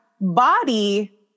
body